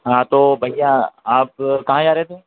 हाँ तो भैया आप कहाँ जा रहे थे